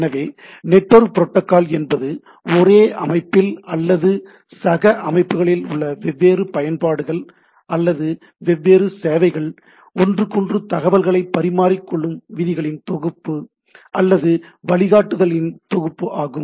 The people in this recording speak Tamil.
எனவே நெட்வொர்க் புரோட்டோகால் என்பது ஒரே அமைப்பில் அல்லது சக அமைப்புகளில் உள்ள வெவ்வேறு பயன்பாடுகள் அல்லது வெவ்வேறு சேவைகள் ஒன்றுக்கொன்று தகவல்களை பரிமாறிக் கொள்ளும் விதிகளின் தொகுப்பு அல்லது வழிகாட்டுதல்களின் தொகுப்பு ஆகும்